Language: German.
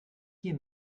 hier